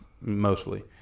Mostly